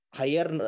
higher